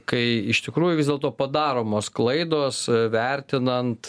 kai iš tikrųjų vis dėlto padaromos klaidos vertinant